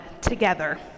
together